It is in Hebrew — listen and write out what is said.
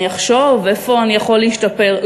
אני אחשוב איפה אני יכול להשתפר.